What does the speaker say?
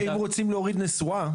אם רוצים להוריד נסועה,